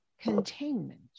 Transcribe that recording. containment